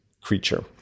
creature